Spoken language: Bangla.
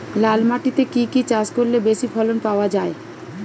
লাল মাটিতে কি কি চাষ করলে বেশি ফলন পাওয়া যায়?